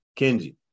kenji